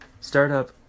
Startup